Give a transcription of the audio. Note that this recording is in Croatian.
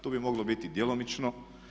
Tu bi moglo biti djelomično.